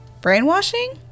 Brainwashing